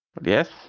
Yes